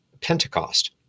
Pentecost